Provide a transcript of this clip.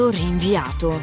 rinviato